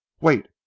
wait